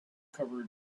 covered